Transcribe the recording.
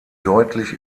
deutlich